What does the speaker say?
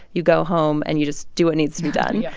you go home, and you just do what needs to be done. yeah